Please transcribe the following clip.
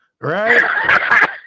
Right